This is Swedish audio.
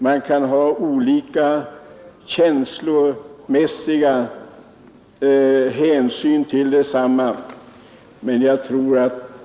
Man kan ha olika känslomässiga skäl för ställningstagandet.